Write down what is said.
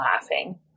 laughing